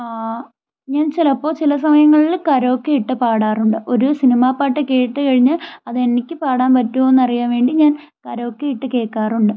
ഞാൻ ചിലപ്പോൾ ചില സമയങ്ങളിൽ കരോക്കെ ഇട്ട് പാടാറുണ്ട് ഒരു സിനിമ പാട്ട് കേട്ട് കഴിഞ്ഞാൽ അതെനിക്ക് പാടാൻ പറ്റുവോന്നറിയാൻ വേണ്ടി ഞാൻ കരോക്കെ ഇട്ട് കേൾക്കാറുണ്ട്